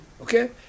okay